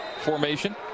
formation